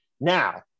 Now